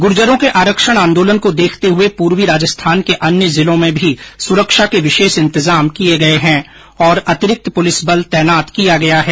गुर्जरों के आरक्षण आंदोलन को देखते हुए पूर्वी राजस्थान के अन्य जिलों में भी सुरक्षा के विशेष इतजाम किए गए हैं और अतिरिक्त पुलिस बल तैनात किया गया है